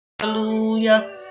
Hallelujah